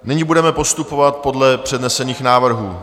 Nyní budeme postupovat podle přednesených návrhů.